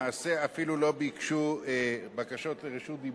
למעשה אפילו לא ביקשו בקשות לרשות דיבור,